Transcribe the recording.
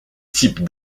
type